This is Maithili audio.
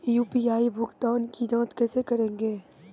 यु.पी.आई भुगतान की जाँच कैसे करेंगे?